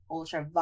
ultra